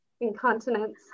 incontinence